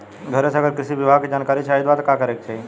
घरे से अगर कृषि विभाग के जानकारी चाहीत का करे के चाही?